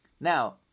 Now